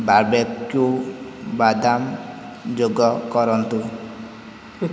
barbecue ବାଦାମ ଯୋଗ କରନ୍ତୁ